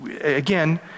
again